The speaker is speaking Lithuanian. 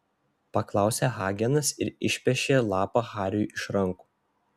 paklausė hagenas ir išpešė lapą hariui iš rankų